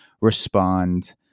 respond